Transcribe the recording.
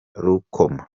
rukoma